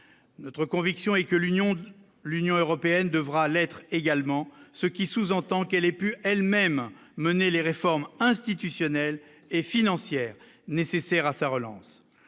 notre conviction est que l'Union, l'Union européenne devra l'être également, ce qui sous-entend qu'elle ait pu elle-même mener les réformes institutionnelles et financières nécessaires à sa relance